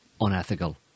unethical